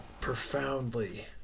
profoundly